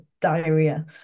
diarrhea